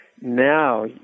now